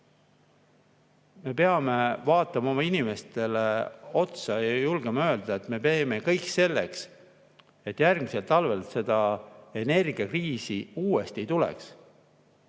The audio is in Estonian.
Me peame oma inimestele otsa vaatama ja julgema öelda, et me teeme kõik selleks, et järgmisel talvel seda energiakriisi uuesti ei tuleks.